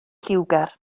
lliwgar